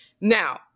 Now